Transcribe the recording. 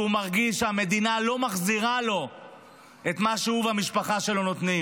שהוא מרגיש שהמדינה לא מחזירה לו את מה שהוא והמשפחה שלו נותנים,